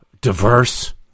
diverse